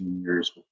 years